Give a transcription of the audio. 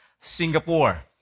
Singapore